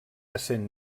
essent